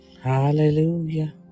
hallelujah